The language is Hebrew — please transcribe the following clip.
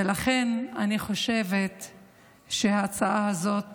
ולכן, אני חושבת שההצעה הזאת